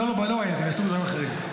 לא, אני עסוק בדברים אחרים.